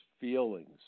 feelings